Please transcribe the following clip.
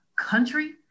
country